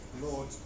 Lord